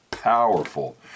powerful